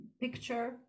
picture